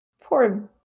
Poor